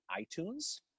iTunes